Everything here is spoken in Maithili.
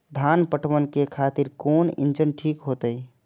धान पटवन के खातिर कोन इंजन ठीक होते?